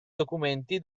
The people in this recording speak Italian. documenti